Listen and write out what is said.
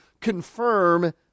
confirm